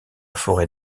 forêt